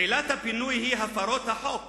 עילת הפינוי היא הפרת החוק